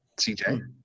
CJ